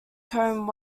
combed